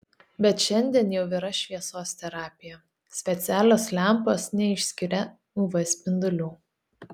bet šiandien jau yra šviesos terapija specialios lempos neišskiria uv spindulių